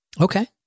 Okay